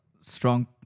strong